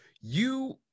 you-